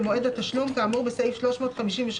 במועד התשלום כאמור בסעיף 353,